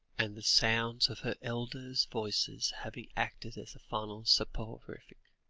and the sounds of her elders' voices having acted as a final soporific,